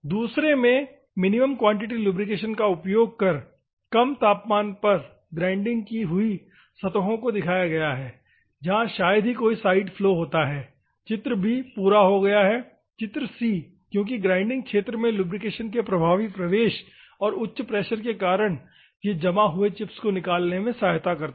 दूसरे में minimum quantity lubrication का उपयोग कर कम तापमान पर ग्राइंडिंग की हुई सतहों को दिखाया है जहा शायद ही कोई साइड फ्लो होता है चित्र b पूरा हो गया है चित्रा c क्योंकि ग्राइंडिंग क्षेत्र में लुब्रिकेशन के प्रभावी प्रवेश और उच्च प्रेशर के कारण यह जमा जुए चिप्स को निकालने में सहायता करता है